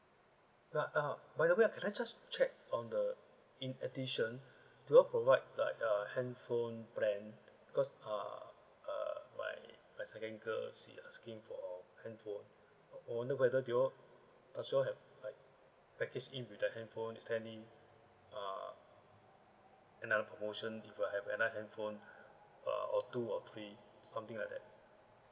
ya ah by the way ah can I just check on the in addition do you all provide like uh handphone plan because uh uh my my second girl she asking for handphone I wonder whether do you all also have like package in with the handphone is there any uh another promotion if you have another handphone uh or two or three something like that